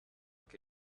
che